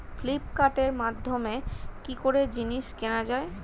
ফ্লিপকার্টের মাধ্যমে কি করে জিনিস কেনা যায়?